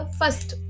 first